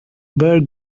where